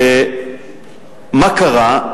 מה קרה?